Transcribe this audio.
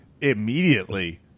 immediately